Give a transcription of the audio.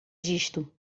disto